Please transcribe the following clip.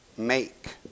make